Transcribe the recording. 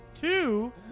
Two